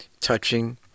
touching